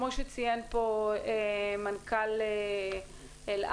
כמו שציין פה מנכ"ל אל-על,